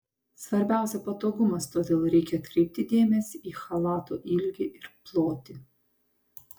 svarbiausia patogumas todėl reikia atkreipti dėmesį į chalato ilgį ir plotį